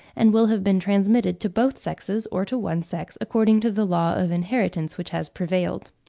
and will have been transmitted to both sexes or to one sex, according to the law of inheritance which has prevailed.